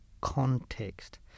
context